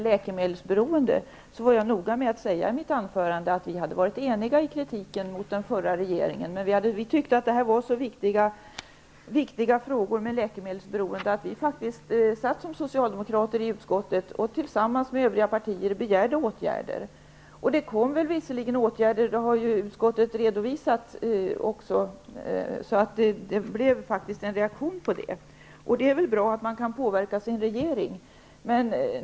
Herr talman! För att ta det sista först, nämligen läkemedelsberoendet, vill jag påpeka att jag var noga med att i mitt anförande säga att vi i kritiken mot den förra regeringen var eniga, och att vi tyckte att det här med läkemedelsberoende var så viktiga frågor att vi socialdemokrater i utskottet tillsammans med övriga partier begärde åtgärder. Visserligen blev det vissa åtgärder, vilka utskottet också har redovisat. Det blev alltså en reaktion, och det är väl bra att man kan påverka sin regeringen.